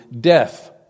death